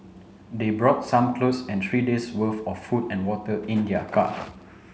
they brought some clothes and three days worth of food and water in their car